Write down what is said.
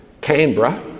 Canberra